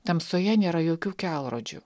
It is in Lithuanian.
tamsoje nėra jokių kelrodžių